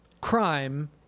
crime